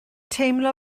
teimlo